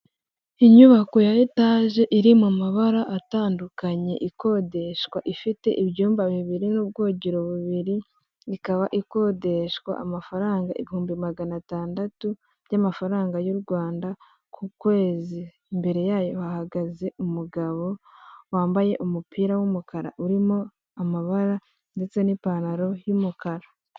Inyubako ya etaje iri mu mabara atandukanye, ikodeshwa, ifite ibyumba bibiri n'ubwogero bubiri, ikaba ikodeshwa amafaranga ibihumbi magana atandatu by'amafaranga y'u Rwanda ku kwezi. Imbere yayo hahagaze umugabo wambaye umupira w'umukara urimo amabara ndetse n'ipantaro y'umukara.